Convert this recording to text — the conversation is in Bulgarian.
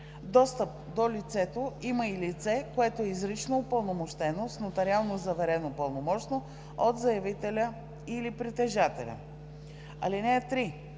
Достъп до досието има и лице, което е изрично упълномощено с нотариално заверено пълномощно от заявителя или притежателя. (3)